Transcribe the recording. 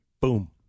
Boom